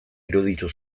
iruditu